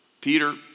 Peter